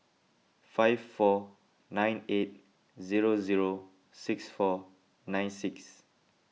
five four nine eight zero zero six four nine six